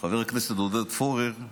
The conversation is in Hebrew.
חבר הכנסת עודד פורר,